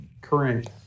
current